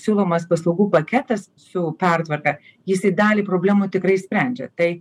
siūlomas paslaugų paketas su pertvarka jisai dalį problemų tikrai išsprendžia tai